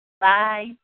Bye